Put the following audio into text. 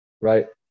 right